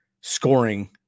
scoring